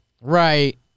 right